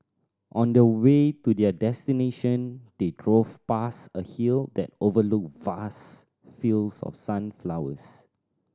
on the way to their destination they drove past a hill that overlooked vast fields of sunflowers